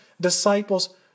disciples